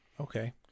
Okay